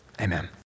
Amen